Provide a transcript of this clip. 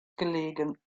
gelegen